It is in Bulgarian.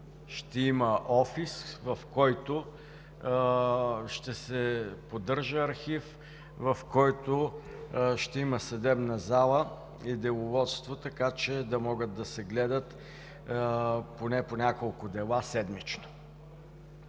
Ще има офис, в който ще се поддържа архив, в който ще има съдебна зала и деловодство, така че да могат да се гледат поне по няколко дела седмично.